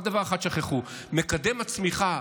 רק דבר אחד שכחו: מקדם הצמיחה,